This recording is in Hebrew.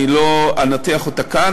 אני לא אנתח אותה כאן.